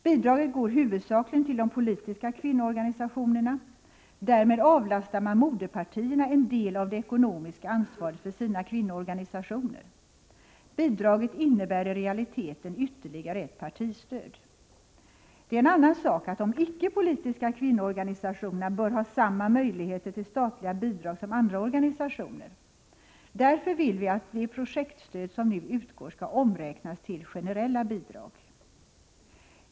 Bidraget går huvudsakligen till de politiska kvinnoorganisationerna. Därmed avlastar man moderpartierna en del av det ekonomiska ansvaret för sina kvinnoorganisationer. Bidraget innebär i realiteten ytterligare ett partistöd. Det är en annan sak att de icke-politiska kvinnoorganisationerna bör ha samma möjligheter till statliga bidrag som andra organisationer. Därför vill vi att de projektstöd som nu utgår skall omräknas till generella bidrag.